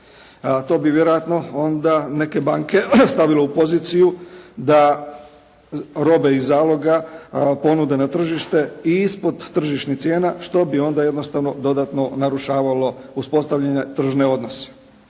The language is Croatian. To bi vjerojatno onda neke banke stavilo u poziciju da robe iz zaloga ponude na tržište i ispod tržišnih cijena što bi onda jednostavno dodatno narušavalo uspostavljene tržne odnose.